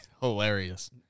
hilarious